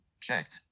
Checked